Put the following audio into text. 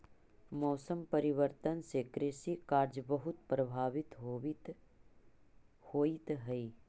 मौसम परिवर्तन से कृषि कार्य बहुत प्रभावित होइत हई